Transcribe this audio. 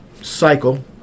cycle